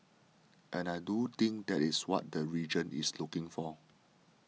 and I do think that is what the region is looking for